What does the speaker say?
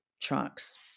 trucks